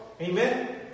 Amen